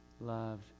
loved